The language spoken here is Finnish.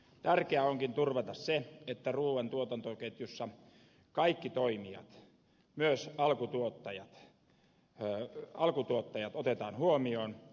tärkeää onkin turvata se että ruuan tuotantoketjussa kaikki toimijat myös alkutuottajat otetaan huomioon